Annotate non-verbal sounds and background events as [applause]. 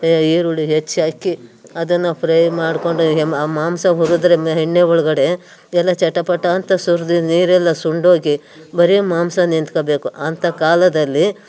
ಈರುಳ್ಳಿ ಹೆಚ್ಚಾಕಿ ಅದನ್ನು ಫ್ರೈ ಮಾಡ್ಕೊಂಡು [unintelligible] ಆ ಆ ಮಾಂಸ ಹುರಿದ್ರೆ ಮೆ ಎಣ್ಣೆ ಒಳಗಡೆ ಎಲ್ಲ ಚಟಪಟಾಂತ ಸುರಿದು ನೀರೆಲ್ಲ ಸುಂಡೋಗಿ ಬರೀ ಮಾಂಸ ನಿಂತ್ಕೋಬೇಕು ಅಂಥ ಕಾಲದಲ್ಲಿ